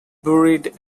buried